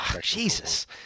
Jesus